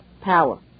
power